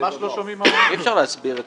אי אפשר להסביר פה.